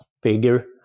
bigger